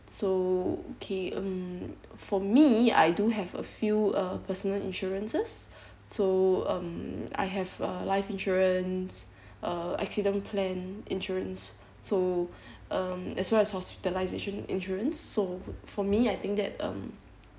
so okay um for me I do have a few uh personal insurances to um I have a life insurance uh accident plan insurance so um as well as hospitalisation insurance so for me I think that um